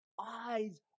eyes